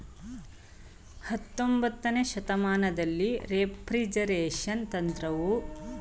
ಹತೊಂಬತ್ತನೇ ಶತಮಾನದಲ್ಲಿ ರೆಫ್ರಿಜರೇಷನ್ ತಂತ್ರವು ಬಳಕೆಗೆ ಬಂದು ಹಾಲಿನ ಸಂಸ್ಕರಣೆ ಮತ್ತು ಮಾರಾಟ ಹೆಚ್ಚಾಗತೊಡಗಿತು